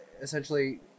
essentially